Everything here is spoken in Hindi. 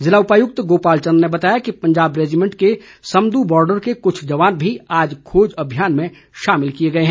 जिला उपायुक्त गोपाल चंद ने बताया है कि पंजाब रेजिमेंट के समदू बार्डर के क्छ जवान भी आज खोज अभियान में शामिल किए गए हैं